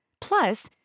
Plus